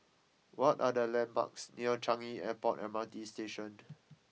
what are the landmarks near Changi Airport M R T Station